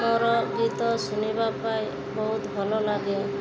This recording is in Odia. ମୋର ଗୀତ ଶୁଣିବା ପାଇଁ ବହୁତ ଭଲ ଲାଗେ